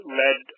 led